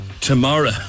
tomorrow